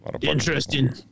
interesting